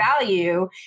value